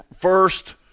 first